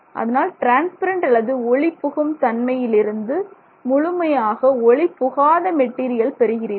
அதனால் ட்ரான்ஸ்பரண்ட் அல்லது ஒளிபுகும் தன்மையிலிருந்து முழுமையாக ஒளி புகாத மெட்டீரியல் பெறுகிறீர்கள்